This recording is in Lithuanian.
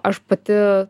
aš pati